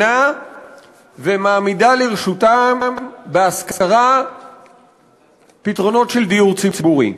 ומעמידה לרשותם בהשכרה פתרונות של דיור ציבורי.